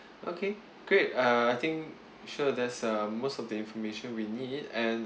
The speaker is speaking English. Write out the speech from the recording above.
okay great uh I think sure that's uh most of the information we need and